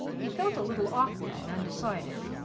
he felt a little awkward and undecided.